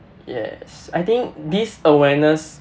yes I think this awareness